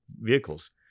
vehicles